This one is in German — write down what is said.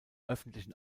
öffentlichen